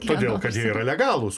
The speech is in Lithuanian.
todėl kad jie yra legalūs